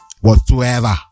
whatsoever